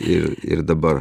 ir ir dabar